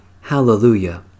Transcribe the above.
Hallelujah